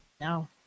No